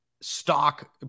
stock